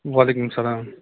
وعلیکُم سَلام